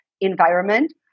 environment